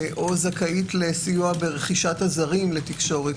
או זכאית לסיוע ברכישת עזרים לתקשורת,